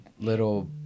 little